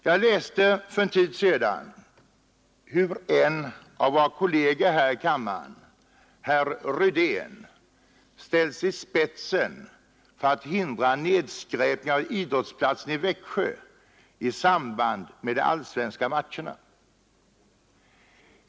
Jag läste för en tid sedan hur en av våra kolleger här i kammaren, herr Rydén, ställt sig i spetsen för att hindra nedskräpningen av idrottsplatsen i Växjö i samband med de allsvenska matcherna.